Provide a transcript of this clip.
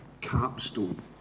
capstone